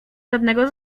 żadnego